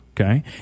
Okay